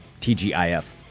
TGIF